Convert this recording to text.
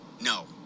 no